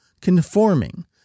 conforming